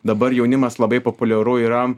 dabar jaunimas labai populiaru yra